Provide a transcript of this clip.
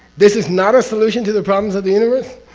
this is not a solution to the problems of the universe?